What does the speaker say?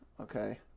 okay